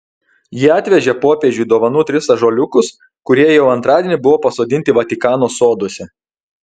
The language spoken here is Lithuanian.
jie atvežė popiežiui dovanų tris ąžuoliukus kurie jau antradienį buvo pasodinti vatikano soduose